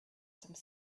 some